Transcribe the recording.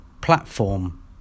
platform